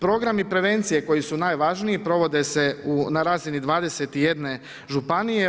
Programi prevencije koji su najvažniji provode se na razini 21 županije.